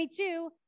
22